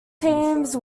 teams